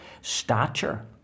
stature